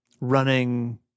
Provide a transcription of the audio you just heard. running